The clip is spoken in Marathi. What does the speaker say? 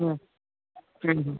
हां